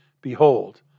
behold